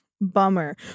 bummer